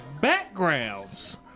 backgrounds